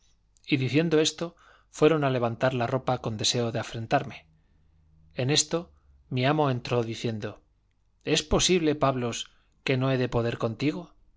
y diciendo esto fueron a levantar la ropa con deseo de afrentarme en esto mi amo entró diciendo es posible pablos que no he de poder contigo